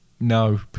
No